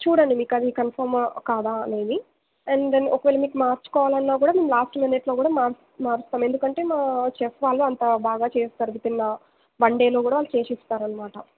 చూడండి మీకు అది కన్ఫామా కాదా అనేది అండ్ దెన్ ఒకవేళ మీకు మార్చుకోవాలన్న కూడా లాస్ట్ మినిట్లో కూడా మారుస్తాం ఎందుకంటే మా చెఫ్ వాళ్ళు అంత బాగా చేస్తారు వితిన్ వన్ డేలో కూడా చేస్తారు అన్నమాట